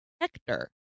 Hector